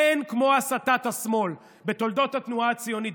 אין כמו הסתת השמאל בתולדות התנועה הציונית,